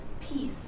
peace